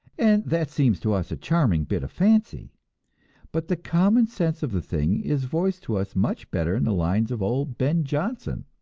and that seems to us a charming bit of fancy but the common sense of the thing is voiced to us much better in the lines of old ben jonson